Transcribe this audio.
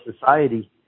society